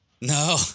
No